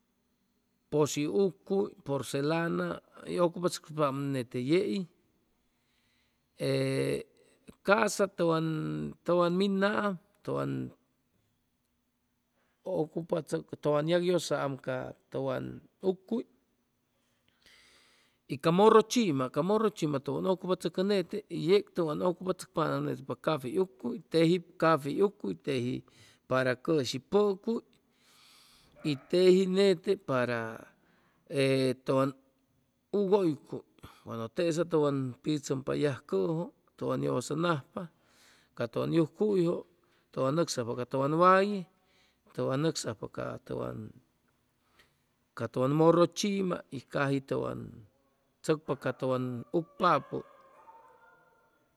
Pushiu uqcuy porselana hʉy ʉcupachʉcsucpaam nete yei ee ca'sa tʉwan tʉwan minaam tʉwan tʉwan yagyʉsam ca tʉwan uqcuy y ca morro chima ca morro chima tʉwan ʉcupachʉcʉ nete y yeg tʉwan ʉcupachʉcpanam pacafey uqcuy teji cafey uqcuy teji para cʉshi pʉcuy y teji nete para ee tʉwan ugʉycuy cuando teza tʉwan pichʉmpa yajcʉjʉ tʉwan yʉsanajpa ca tʉwan yujcuyjʉ tʉwan nʉcsajpa ca tʉwan waye tʉwan nʉcsajpa ca tʉwan ca tʉwan morro chima y caji tʉwan tzʉcpa ca tʉwan ucpapʉ